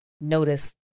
notice